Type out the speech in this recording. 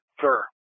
sir